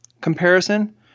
comparison